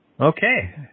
Okay